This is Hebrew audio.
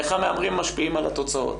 איך המהמרים משפיעים על התוצאות?